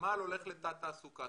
הנמל הולך לתַת תעסוקה,